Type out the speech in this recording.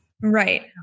Right